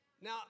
Now